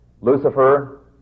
Lucifer